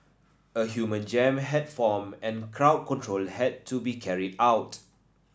a human jam had formed and crowd control had to be carried out